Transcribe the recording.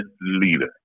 leader